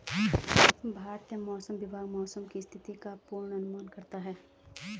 भारतीय मौसम विभाग मौसम की स्थिति का पूर्वानुमान करता है